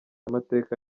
amateka